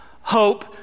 hope